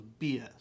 BS